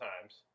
times